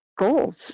goals